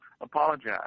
apologize